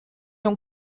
ont